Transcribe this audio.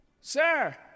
sir